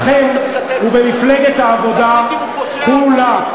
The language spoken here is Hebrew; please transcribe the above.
מתבייש בכם ובמפלגת העבודה כולה.